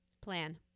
Plan